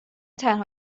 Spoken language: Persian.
تنها